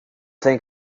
think